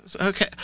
Okay